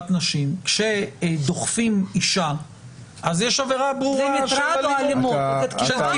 נשים כשדוחפים אישה אז יש עבירה ברורה של תקיפה,